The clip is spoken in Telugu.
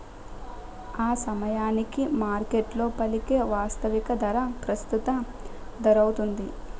ఆసమయానికి మార్కెట్లో పలికే వాస్తవిక ధర ప్రస్తుత ధరౌతుంది